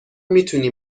میتونی